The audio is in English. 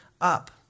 up